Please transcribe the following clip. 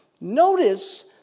Notice